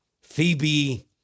Phoebe